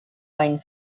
fine